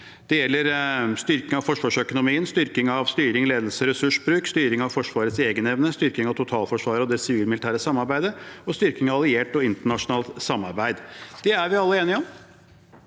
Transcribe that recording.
Det gjelder styrking av forsvarsøkonomien, styrking av styring, ledelse og ressursbruk, styrking av Forsvarets egenevne, styrking av totalforsvaret og det sivilt-militært samarbeid og styrking av alliert og internasjonalt samarbeid. Det er vi alle enige om,